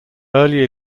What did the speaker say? early